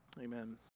Amen